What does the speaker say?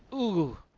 ooh.